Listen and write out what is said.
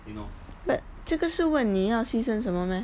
but 这个是问你要牺牲什么 meh